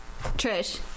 Trish